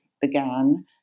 began